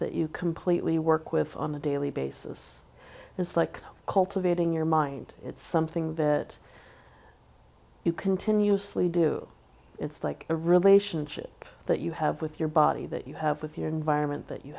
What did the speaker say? that you completely work with on a daily basis it's like cultivating your mind it's something that you continuously do it's like a relationship that you have with your body that you have with your environment that you